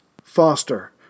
Foster